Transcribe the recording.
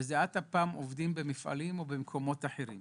בזיעת אפם עובדים במפעלים ובמקומות אחרים.